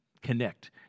connect